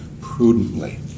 prudently